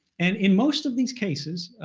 and in most of these cases,